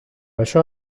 això